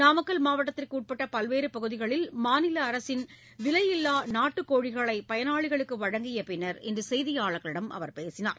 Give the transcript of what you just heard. நாமக்கல் மாவட்டத்திற்கு உட்பட்ட பல்வேறு பகுதிகளில் மாநில அரசின் விலையில்லா நாட்டுக் கோழிகளை பயனாளிகளுக்கு வழங்கிய பின்னர் இன்று செய்தியாளர்களிடம் அவர் பேசினார்